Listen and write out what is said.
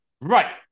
Right